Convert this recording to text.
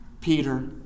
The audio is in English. Peter